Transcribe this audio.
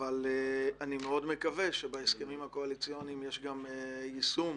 אבל אני מאוד מקווה שבהסכמים הקואליציוניים יש גם יישום